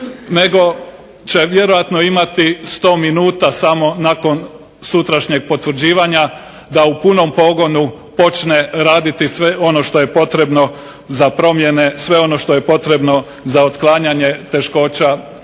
nego će vjerojatno imati 100 minuta samo nakon sutrašnjeg potvrđivanja da u punom pogonu počne raditi sve ono što je potrebno za promjene, sve ono što je potrebno za otklanjanje razvojnih